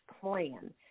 plan